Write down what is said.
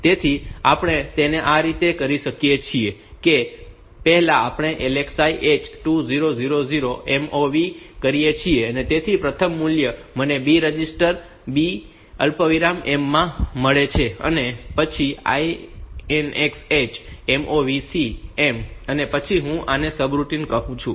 તેથી આપણે તેને આ રીતે કરી શકીએ છીએ કે પહેલા આપણે LXI H2000 MOV કરીએ છીએ તેથી પ્રથમ મૂલ્ય મને B રજિસ્ટર B અલ્પવિરામ M માં મળે છે અને પછી INX H MOV C M અને પછી હું આને સબરૂટિન કહું છું